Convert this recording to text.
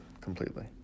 completely